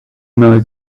mal